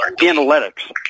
analytics